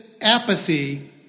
apathy